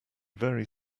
very